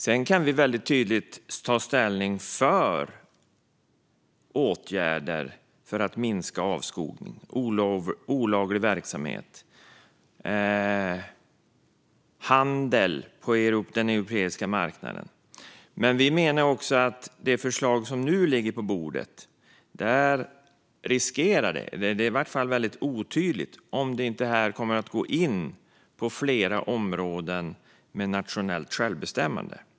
Sedan kan vi väldigt tydligt ta ställning för åtgärder för att minska avskogning och olaglig verksamhet, liksom åtgärder gällande handel på den europeiska marknaden. Men när det gäller det förslag som nu ligger på bordet menar vi att det är väldigt otydligt om det inte riskerar att gå in på flera områden med nationellt självbestämmande.